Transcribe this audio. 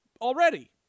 already